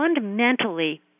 fundamentally